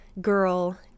girl